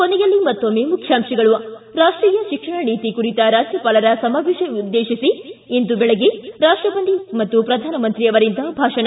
ಕೊನೆಯಲ್ಲಿ ಮತ್ತೊಮ್ಮೆ ಮುಖ್ಯಾಂಶಗಳು ಿ ರಾಷ್ಟೀಯ ಶಿಕ್ಷಣ ನೀತಿ ಕುರಿತ ರಾಜ್ಯಪಾಲರ ಸಮಾವೇಶ ಉದ್ದೇಶಿಸಿ ಇಂದು ಬೆಳಗ್ಗೆ ರಾಷ್ಟಪತಿ ಮತ್ತು ಪ್ರಧಾನಮಂತ್ರಿ ಅವರಿಂದ ಭಾಷಣ